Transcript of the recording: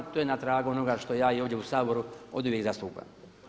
To je na tragu onoga što ja i ovdje u Saboru oduvijek zastupam.